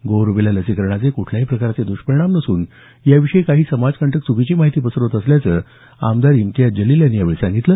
गोवर रूबेला लसीकरणाचे कुठल्याही प्रकारचे दुष्परिणाम नसून याविषयी काही समाजकंटक च्कीची माहिती पसरवत असल्याचं आमदार इम्तियाज जलील यांनी यावेळी सांगितलं